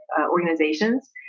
organizations